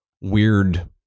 weird